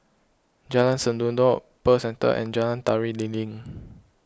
Jalan Sendudok Pearl Centre and Jalan Tari Lilin